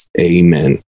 Amen